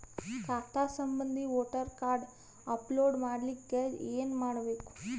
ಖಾತಾ ಸಂಬಂಧಿ voter card upload ಮಾಡಲಿಕ್ಕೆ ಏನ ಮಾಡಬೇಕು?